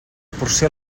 porció